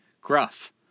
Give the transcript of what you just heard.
gruff